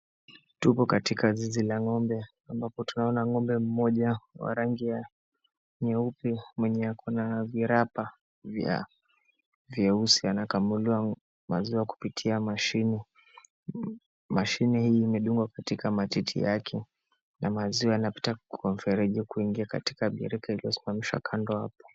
Tuko katika zizi la ng'ombe ambapo tunaona ng'ombe mmoja wa rangi ya nyeupe mwenye ako na virapa vyeusi anakamuliwa maziwa kupitia kwa machine . Mashini hii imedungwa katika matiti yake na maziwa yanapita Kwa mfereji kuingia katika birika .